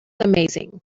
amazing